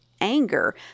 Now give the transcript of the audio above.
anger